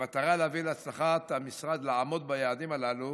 במטרה להביא להצלחת המשרד לעמוד ביעדים הללו,